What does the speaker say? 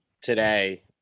today